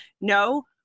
No